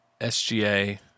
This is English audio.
SGA